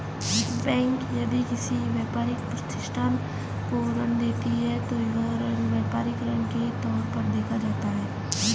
bank यदि किसी व्यापारिक प्रतिष्ठान को ऋण देती है तो वह ऋण व्यापारिक ऋण के तौर पर देखा जाता है